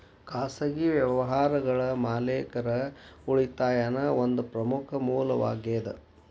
ಖಾಸಗಿ ವ್ಯವಹಾರಗಳ ಮಾಲೇಕರ ಉಳಿತಾಯಾ ಒಂದ ಪ್ರಮುಖ ಮೂಲವಾಗೇದ